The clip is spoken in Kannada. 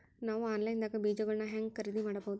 ನಾವು ಆನ್ಲೈನ್ ದಾಗ ಬೇಜಗೊಳ್ನ ಹ್ಯಾಂಗ್ ಖರೇದಿ ಮಾಡಬಹುದು?